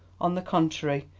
on the contrary,